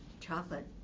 Chocolate